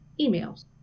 emails